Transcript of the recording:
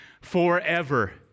forever